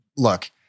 Look